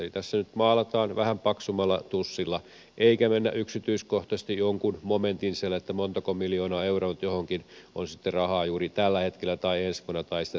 eli tässä nyt maalataan vähän paksummalla tussilla eikä mennä yksityiskohtaisesti jonkun momentin sisälle että montako miljoonaa euroa nyt johonkin on sitten rahaa juuri tällä hetkellä tai ensi vuonna tai sitä seuraavana vuonna